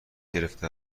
گرفته